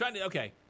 Okay